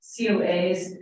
COAs